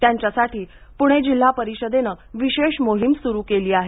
त्यांच्या साठी पुणे जिल्हा परिषदेनं विशेष मोहीम सुरू केली आहे